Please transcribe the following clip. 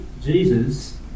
Jesus